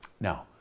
Now